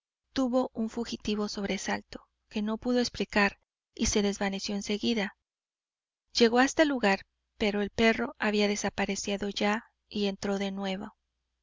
tuvo un fugitivo sobresalto que no pudo explicar y se desvaneció en seguida llegó hasta el lugar pero el perro había desaparecido ya y entró de nuevo